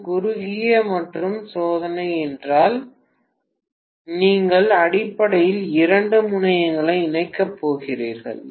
இது குறுகிய சுற்று சோதனை என்றால் நீங்கள் அடிப்படையில் இரண்டு முனையங்களை இணைக்கப் போகிறீர்கள்